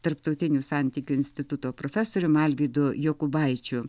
tarptautinių santykių instituto profesorium alvydu jokubaičiu